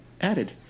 added